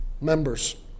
members